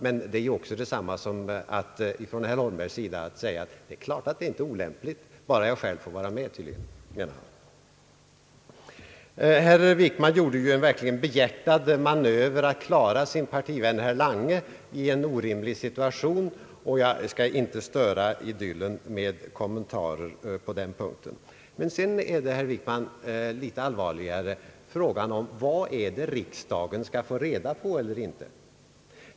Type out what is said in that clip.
Men det är ju detsamma som att herr Holmberg säger att det självfallet inte är olämpligt, bara han själv får vara med. Herr Wickman gjorde ju en verkligt behjärtad manöver för att klara sin partivän herr Lange i en orimlig situation, och jag skall inte störa idyllen med kommentarer på den punkten. Litet allvarligare, herr Wickman, är frågan om vad riksdagen skall få reda på eller inte.